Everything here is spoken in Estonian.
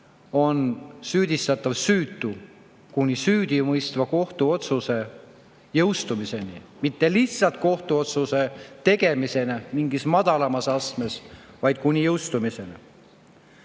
on süüdistatav süütu kuni süüdimõistva kohtuotsuse jõustumiseni. Mitte lihtsalt kohtuotsuse tegemiseni mingis madalamas astmes, vaid kuni jõustumiseni.